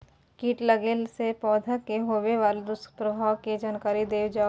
कीट लगेला से पौधा के होबे वाला दुष्प्रभाव के जानकारी देल जाऊ?